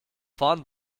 vorn